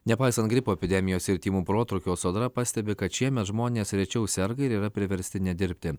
nepaisant gripo epidemijos ir tymų protrūkio sodra pastebi kad šiemet žmonės rečiau serga ir yra priversti nedirbti